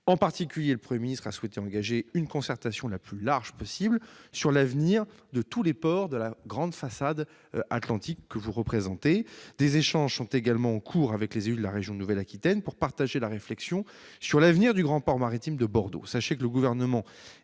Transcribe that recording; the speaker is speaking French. En particulier, le Premier ministre a souhaité engager une concertation la plus large possible sur l'avenir de tous les ports de la façade Atlantique, que vous représentez, madame la sénatrice. Des échanges sont également en cours avec les élus de la région Nouvelle-Aquitaine pour partager la réflexion sur l'avenir du grand port maritime de Bordeaux. Sachez que le Gouvernement